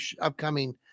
upcoming